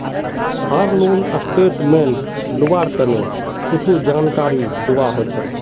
हर loan statement लुआर तने कुछु जानकारी दुआ होछे